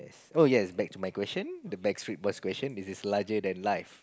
oh yes back to my question the Backstreet-Boys question it is larger than life